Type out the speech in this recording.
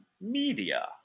media